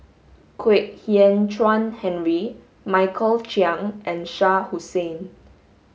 Kwek Hian Chuan Henry Michael Chiang and Shah Hussain